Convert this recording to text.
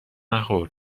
نخور